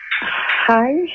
Hi